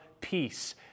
peace